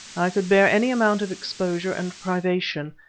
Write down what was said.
i could bear any amount of exposure and privation,